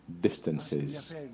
distances